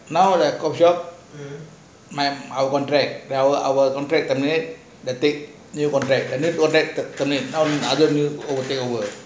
now when I told you my our contract our our contract termit they go back and they go back they termit other new one take over